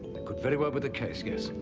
that could very well be the case, yes.